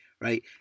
right